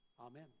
Amen